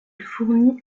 fournit